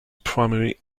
primary